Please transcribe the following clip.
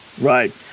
right